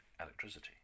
electricity